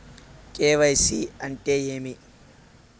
KYC అంటే ఏమి?